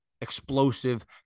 Explosive